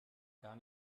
gar